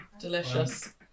delicious